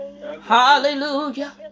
Hallelujah